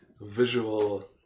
visual